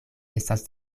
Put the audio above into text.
estas